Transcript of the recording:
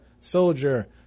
Soldier